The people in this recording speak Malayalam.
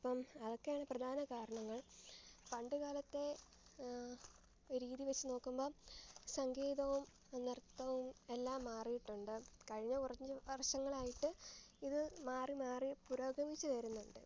അപ്പം അതൊക്കെയാണ് പ്രധാന കാരണങ്ങൾ പണ്ടുകാലത്തെ ഒരു രീതി വെച്ചു നോക്കുമ്പം സംഗീതവും നൃത്തവും എല്ലാം മാറിയിട്ടുണ്ട് കഴിഞ്ഞ കുറച്ചു വർഷങ്ങളായിട്ട് ഇത് മാറി മാറി പുരോഗമിച്ചു വരുന്നുണ്ട്